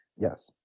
Yes